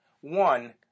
one